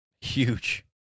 Huge